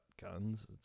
guns